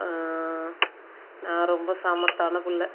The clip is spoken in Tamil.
நான் ரொம்ப சமத்தான பிள்ள